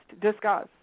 Discuss